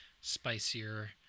spicier